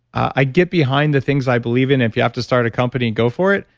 i get behind the things i believe in, if you have to start a company, go for it.